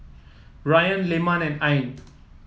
Ryan Leman and Ain